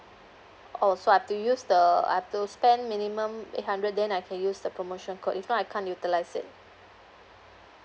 oh so I've to use the I've to spend minimum eight hundred then I can use the promotion code if not I can't utilise it